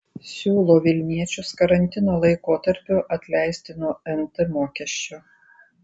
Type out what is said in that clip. siūlo vilniečius karantino laikotarpiu atleisti nuo nt mokesčio